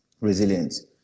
resilience